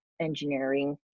engineering